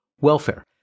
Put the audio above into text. Welfare